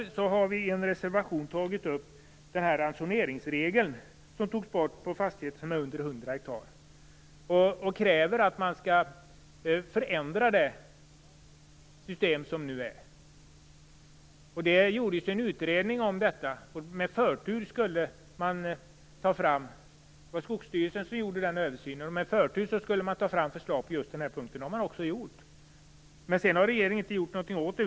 Därför har vi i en reservation tagit upp ransoneringsregeln, som togs bort på fastigheter under 100 ha. Vi kräver en förändring av nuvarande system. Det har gjorts en utredning. Det var Skogsstyrelsen som gjorde den översynen. Man skulle med förtur ta fram förslag på just denna punkt. Det har man också gjort. Sedan har regeringen inte gjort någonting åt det.